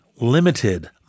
limited